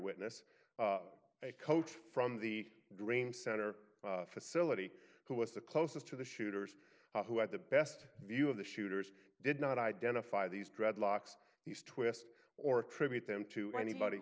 witness a coach from the dream center facility who was the closest to the shooters who had the best view of the shooters did not identify these dreadlocks these twist or attribute them to anybody